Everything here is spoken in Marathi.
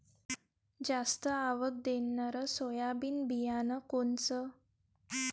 जास्त आवक देणनरं सोयाबीन बियानं कोनचं?